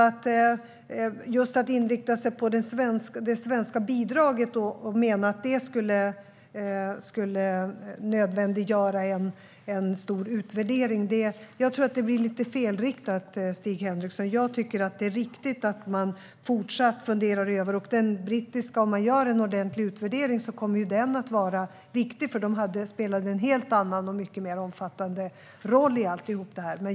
Att just inrikta sig på det svenska bidraget och mena att det skulle nödvändiggöra en stor utvärdering tror jag blir lite felriktat, Stig Henriksson. Om man gör en ordentlig utvärdering av den brittiska rapporten kommer den att vara viktig, för de spelade en helt annan och mycket mer omfattande roll i allt det här.